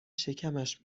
شکمش